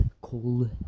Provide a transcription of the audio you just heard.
cold